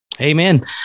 Amen